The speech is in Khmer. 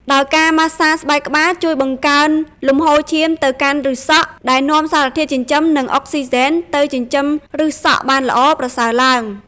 ដោយការម៉ាស្សាស្បែកក្បាលជួយបង្កើនលំហូរឈាមទៅកាន់ឫសសក់ ដែលនាំសារធាតុចិញ្ចឹម និងអុកស៊ីហ្សែនទៅចិញ្ចឹមឫសសក់បានល្អ ប្រសើរឡើង។